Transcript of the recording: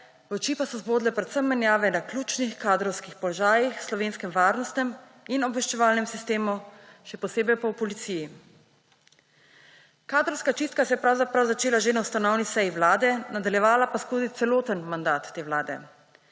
oči pa so zbodle predvsem menjave na ključnih kadrovskih položajih v slovenskem varnostnem in obveščevalnem sistemu, še posebej pa v policiji. Kadrovska čistka se je pravzaprav začela že na ustanovni seji vlade, nadaljevala pa skozi celoten mandat te vlade.